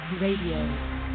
Radio